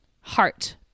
heart